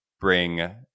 bring